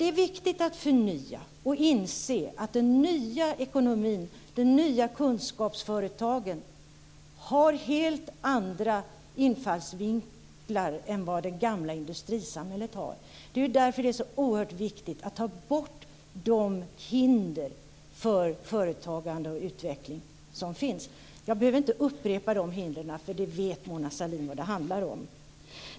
Det är viktigt att förnya och inse att den nya ekonomin och de nya kunskapsföretagen har helt andra infallsvinklar än vad det gamla industrisamhället har. Det är därför det är så oerhört viktigt att ta bort de hinder för företagande och utveckling som finns. Jag behöver inte upprepa dessa hinder. Mona Sahlin vet vad det handlar om.